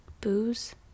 booze